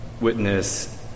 witness